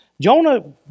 Jonah